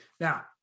Now